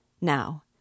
Now